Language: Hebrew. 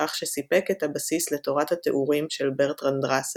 בכך שסיפק את הבסיס לתורת התיאורים של ברטרנד ראסל,